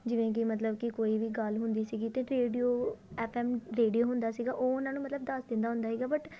ਜਿਵੇਂ ਕਿ ਮਤਲਬ ਕਿ ਕੋਈ ਵੀ ਗੱਲ ਹੁੰਦੀ ਸੀਗੀ ਤਾਂ ਰੇਡੀਓ ਐਫ ਐਮ ਰੇਡੀਓ ਹੁੰਦਾ ਸੀਗਾ ਉਹ ਉਹਨਾਂ ਨੂੰ ਮਤਲਬ ਦੱਸ ਦਿੰਦਾ ਹੁੰਦਾ ਸੀਗਾ ਬਟ